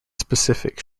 specific